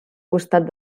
costat